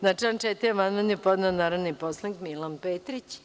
Na član 4. amandman je podneo narodni poslanikMilan Petrić.